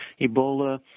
Ebola